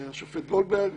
השופט גולדברג,